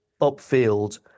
upfield